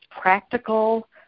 practical